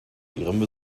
ihrem